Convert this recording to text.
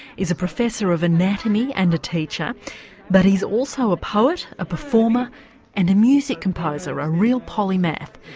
is a professor of anatomy and a teacher but he's also a poet, a performer and a music composer a real polymath.